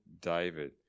David